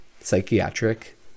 psychiatric